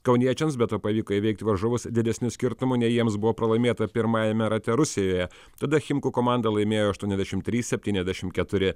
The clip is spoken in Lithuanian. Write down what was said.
kauniečiams be to pavyko įveikti varžovus didesniu skirtumu nei jiems buvo pralaimėta pirmajame rate rusijoje tada chimkų komanda laimėjo aštuoniasdešim trys septyniasdešim keturi